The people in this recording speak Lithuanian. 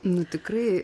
nu tikrai